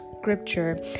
scripture